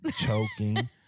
choking